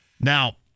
Now